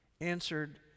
answered